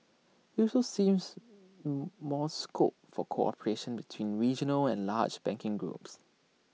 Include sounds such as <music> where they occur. he also sees <noise> more scope for cooperation between regional and large banking groups